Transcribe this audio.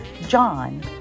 John